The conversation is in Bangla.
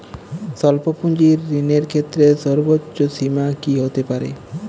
স্বল্প পুঁজির ঋণের ক্ষেত্রে সর্ব্বোচ্চ সীমা কী হতে পারে?